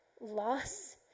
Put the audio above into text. loss